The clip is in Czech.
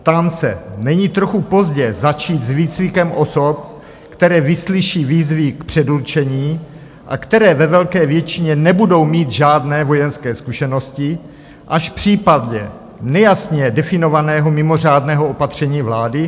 Ptám se: Není trochu pozdě začít s výcvikem osob, které vyslyší výzvy k předurčení a které ve velké většině nebudou mít žádné vojenské zkušenosti, až v případě nejasně definovaného mimořádného opatření vlády?